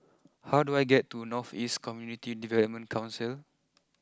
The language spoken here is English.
how do I get to North East Community Development Council